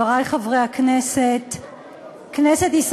תודה רבה,